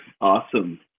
Awesome